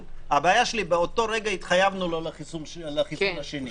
אלא שבאותו רגע התחייבנו לו לחיסון השני.